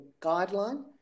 guideline